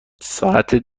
ساعت